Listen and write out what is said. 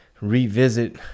revisit